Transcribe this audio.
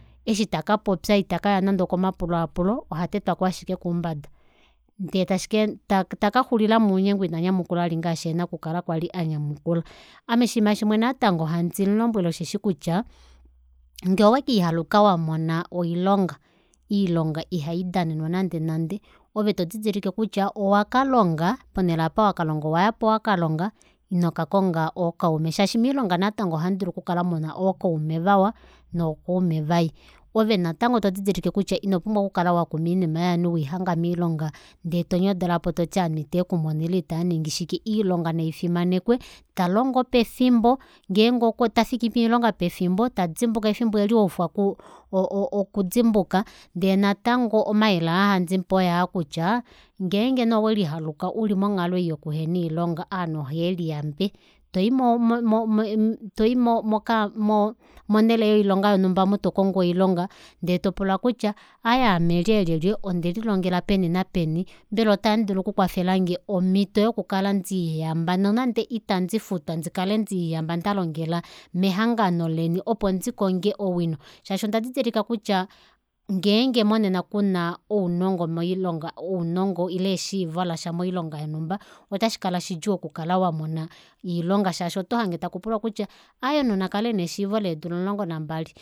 Eshi taka popya takaya nande okomapulaapulo ohatetwako ashike koumbada ndee tashi ke taka xulilwa mounyengwi ina nyamukula vali ngaashi ena okukala kwali anyamukula. ame oshiima shimwe natango handi mulombwele osheshi kutya ngee owekiihaluka wamona oilonga oilonga iha idanenwa nande nande ove todidilike kutya owaka longa ponele aapa wakalonga owayapo wakalonga inoyapo wakakonga ookaume shaashi miilonga natango ohamudulu okukala muna ookaume vawa noo kaume vai ove natango todidilike kutya ino pumbwa okukala wakuma oinima yovanhu wihanga moilonga ndee tonyodolapo toti ovanhu iteekumono ile itaaningi shike iilonga naifimanekwe tolongo pefimbo tofiki piilonga pefimbo todimbuka efimbo eli waufwa oku o- o- o- okudimbuka ndee natango omayele aahandimupe oyaakutya ngenge nee owelihaluka uli monghalo ei yokuhena oilonga ovanhu ohaveliyambe toi mo- mo- mo toyi moka monele yoilonga yonumbwa omo tokongo oilonga ndeetopula kutya aaye aame lyelye ondelilongela peni napeni mbela ota mudulu oku kwafelange omito yoku kala deliyamba nonande itandifutwa ndalongela mehangano leni opo ndikonge owino shaashi onda didilika kutya ngeenge monena kuna ounongo moilonga ile eshiivo lasha moilonga yonumba ota shikala shidjuu okukala wamona oilonga shaashi oto hange takupulwa kutya aaye omunhu nakale ena eshiivo leedula omulongo nambali